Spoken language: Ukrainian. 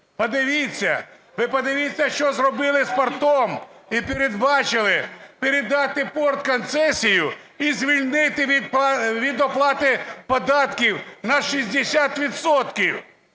Подивіться, ви подивіться, що зробили з портом, і передбачили передати порт в концесію і звільнити від оплати податків на 60